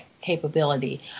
capability